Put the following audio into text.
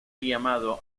llamado